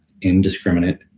Indiscriminate